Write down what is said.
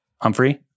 Humphrey